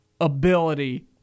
ability